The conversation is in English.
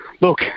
look